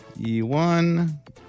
E1